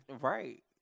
Right